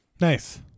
Nice